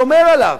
שומר עליו,